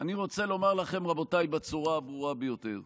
אני רוצה לומר לכם, רבותיי, בצורה הברורה ביותר: